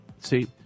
see